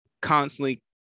constantly